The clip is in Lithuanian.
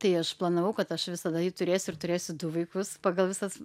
tai aš planavau kad aš visada jį turėsiu ir turėsiu du vaikus pagal visas